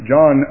John